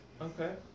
Okay